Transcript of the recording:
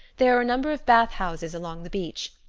there were a number of bath-houses along the beach,